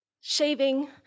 shaving